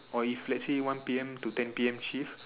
or if lets say one P_M to ten P_M shift